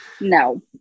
no